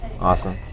Awesome